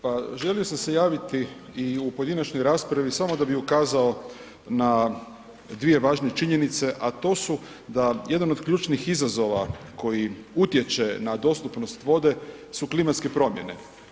Pa želio sam se javiti i u pojedinačnoj raspravi samo da bi ukazao na dvije važne činjenice, a to su da jedan od ključnih izazova koji utječe na dostupnost vode su klimatske promjene.